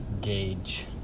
Gauge